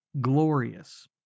Glorious